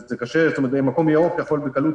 מקום ירוק יכול בקלות